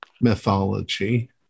mythology